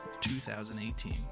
2018